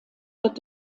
wird